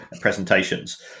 presentations